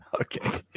okay